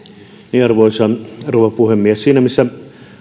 arvoisa rouva puhemies siinä missä